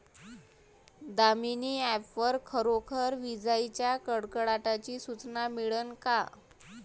Damini app वर खरोखर विजाइच्या कडकडाटाची सूचना मिळन का?